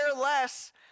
less